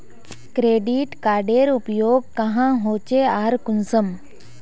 Credit कार्डेर उपयोग क्याँ होचे आर कुंसम?